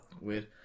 Weird